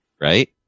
right